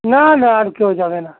না না আর কেউ যাবে না